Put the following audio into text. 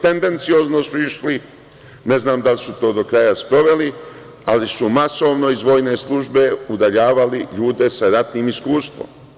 Tendenciozno su išle, ne znam da li su to do kraja sprovele, ali su masovno iz vojne službe udaljavali ljude sa ratnim iskustvom.